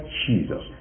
jesus